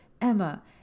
Emma